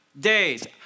days